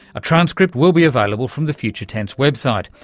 a transcript will be available from the future tense website,